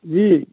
जी